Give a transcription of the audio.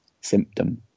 symptom